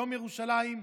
יום ירושלים,